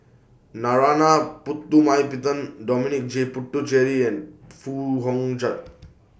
Narana Putumaippittan Dominic J Puthucheary and Foo Hong